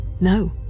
No